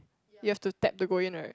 they have to tab to go in right